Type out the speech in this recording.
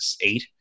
eight